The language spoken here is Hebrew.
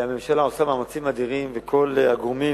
והממשלה עושה מאמצים אדירים, וכל הגורמים